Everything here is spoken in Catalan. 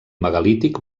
megalític